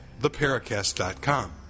theparacast.com